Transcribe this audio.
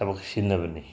ꯊꯕꯛ ꯁꯤꯖꯤꯟꯅꯕꯅꯤ